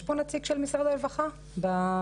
יש פה נציג של משרד הרווחה בוועדה?